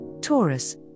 Taurus